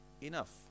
enough